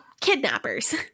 kidnappers